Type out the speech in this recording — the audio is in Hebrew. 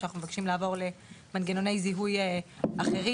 אנחנו מבקשים לעבור למנגנוני זיהוי אחרים,